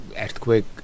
earthquake